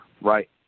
Right